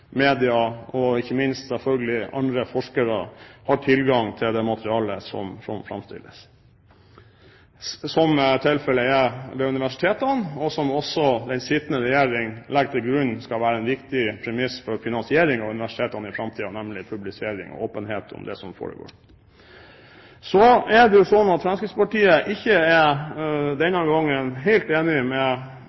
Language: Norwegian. media og ikke minst, selvfølgelig, andre forskere har tilgang til det materialet som framstilles – som tilfellet er ved universitetene, og som også den sittende regjering legger til grunn skal være en viktig premiss for finansieringen av universitetene i framtiden, nemlig publisering og åpenhet om det som foregår. Så er det slik at Fremskrittspartiet denne gangen ikke er helt enig med